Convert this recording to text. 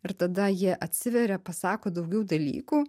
ir tada jie atsiveria pasako daugiau dalykų